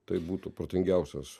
tai būtų protingiausias